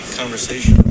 conversation